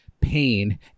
pain